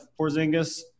Porzingis